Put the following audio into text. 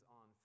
on